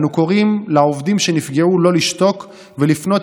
אנו קוראים לעובדים שנפגעו לא לשתוק ולפנות